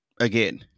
again